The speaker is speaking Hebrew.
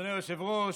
אדוני היושב-ראש,